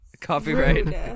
Copyright